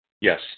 Yes